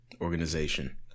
organization